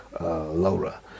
Laura